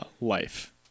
life